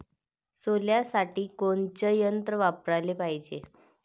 सोल्यासाठी कोनचं यंत्र वापराले पायजे?